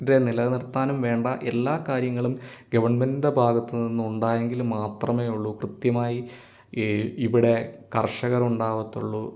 നിലനിർത്താനും വേണ്ട എല്ലാ കാര്യങ്ങളും ഗവൺമെന്റിൻ്റെ ഭാഗത്തുനിന്നും ഉണ്ടായെങ്കിലും മാത്രമേയുള്ളൂ കൃത്യമായി ഇവിടെ കർഷകർ ഉണ്ടാവാത്തുള്ളൂ